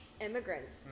immigrants